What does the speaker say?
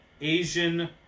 Asian